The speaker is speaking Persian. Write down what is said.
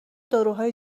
داروهای